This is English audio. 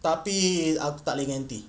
tapi aku tak boleh ganti